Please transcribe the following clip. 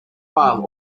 pile